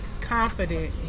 confident